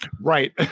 right